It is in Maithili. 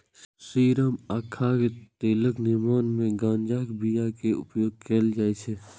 सीरम आ खाद्य तेलक निर्माण मे गांजाक बिया के उपयोग कैल जाइ छै